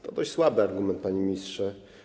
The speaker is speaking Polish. To dość słaby argument, panie ministrze.